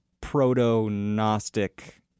proto-Gnostic